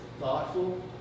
thoughtful